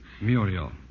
Muriel